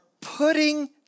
putting